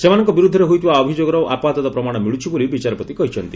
ସେମାନଙ୍କ ବିରୁଦ୍ଧରେ ହୋଇଥିବା ଅଭିଯୋଗର ଆପାତତଃ ପ୍ରମାଣ ମିଳୁଛି ବୋଲି ବିଚାରପତି କହିଛନ୍ତି